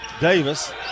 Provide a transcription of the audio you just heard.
Davis